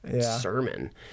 sermon